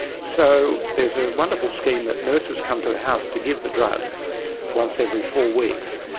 so there's a wonderful scheme that nurses come to the house to give the drugs once every four weeks,